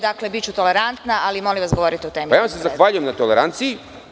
Dakle, biću tolerantna, ali molim vas govorite o temi dnevnog reda.) Zahvaljujem se na toleranciji.